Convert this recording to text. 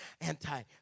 anti